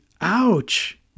ouch